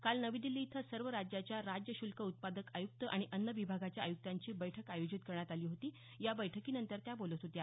काल नवी दिल्ली इथं सर्व राज्याच्या राज्य श्ल्क उत्पादक आयुक्त आणि अन्न विभागाच्या आयुक्तांची बैठक आयोजित करण्यात आली होती या बैठकीनंतर त्या बोलत होत्या